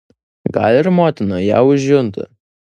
gal ir motina ją užjunta